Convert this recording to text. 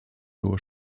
nur